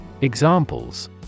Examples